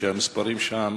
והמספרים שם